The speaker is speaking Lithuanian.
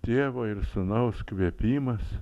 tėvo ir sūnaus kvėpimas